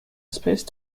space